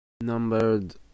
numbered